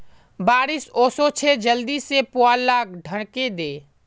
बारिश ओशो छे जल्दी से पुवाल लाक ढके दे